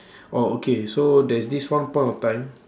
oh okay so there's this one point of time